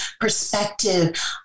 perspective